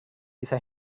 bisa